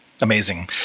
Amazing